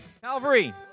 Calvary